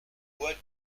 bois